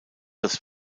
das